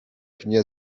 pnie